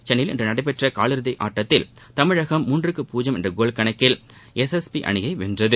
சென்னையில் இன்று நடைபெற்ற கால் இறுதி ஆட்டத்தில் தமிழகம் மூன்றுக்கு பூஜ்ஜியம் என்ற கோல் கணக்கில் எஸ் எஸ் பி அணியை வென்றது